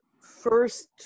first